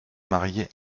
marier